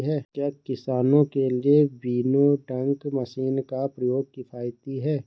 क्या किसानों के लिए विनोइंग मशीन का प्रयोग किफायती है?